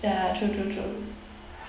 ya true true true